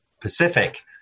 Pacific